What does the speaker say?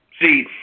See